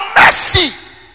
mercy